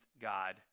God